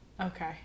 Okay